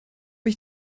ich